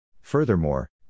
Furthermore